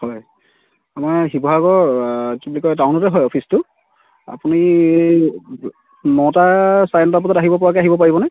হয় আমাৰ শিৱসাগৰ কি বুলি কয় টাউনতে হয় অফিচটো আপুনি নটা চাৰে নটা বজাত আহিব পৰাকৈ আহিব পাৰিবনে